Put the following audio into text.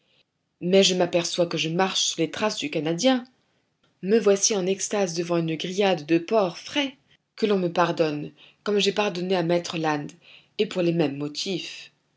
mais je m'aperçois que je marche sur les traces du canadien me voici en extase devant une grillade de porc frais que l'on me pardonne comme j'ai pardonné à maître land et pour les mêmes motifs